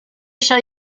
shall